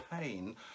pain